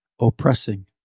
oppressing